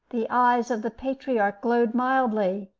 the eyes of the patriarch glowed mildly,